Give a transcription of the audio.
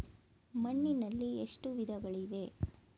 ಮಣ್ಣಿನಲ್ಲಿ ಎಷ್ಟು ವಿಧಗಳಿವೆ?